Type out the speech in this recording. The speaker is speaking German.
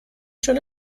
schon